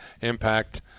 impact